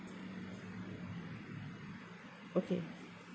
okay